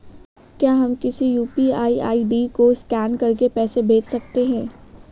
क्या हम किसी यू.पी.आई आई.डी को स्कैन करके पैसे भेज सकते हैं?